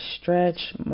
stretch